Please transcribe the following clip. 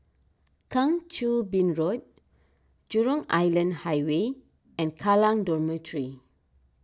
Kang Choo Bin Road Jurong Island Highway and Kallang Dormitory